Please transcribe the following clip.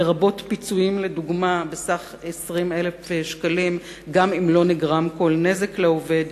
לרבות פיצויים בסך 20,000 שקלים גם אם לא נגרם כל נזק לעובד.